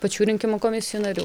pačių rinkimų komisijų narių